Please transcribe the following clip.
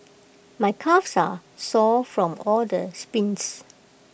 my calves are sore from all the sprints